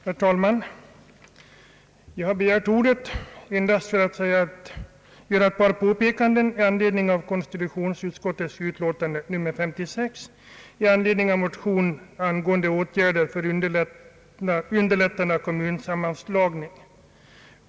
Herr talman! Jag har begärt ordet endast för att göra ett par påpekanden till konstitutionsutskottets utlåtande nr 56 i anledning av motion angående åtgärder för underlättande av kommunsammanslagning.